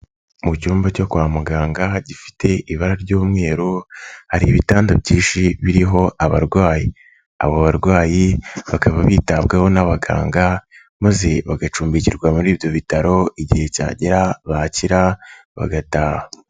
Mu cyumba cyo kwa muganga gifite ibara ry'umweru, hari ibitanda byinshi biriho abarwayi . Abo barwayi bakaba bitabwaho n'abaganga maze bagacumbikirwa muri ibyo bitaro, igihe cyagera bakira bagataha.